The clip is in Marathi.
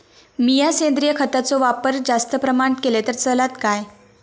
मीया सेंद्रिय खताचो वापर जास्त प्रमाणात केलय तर चलात काय?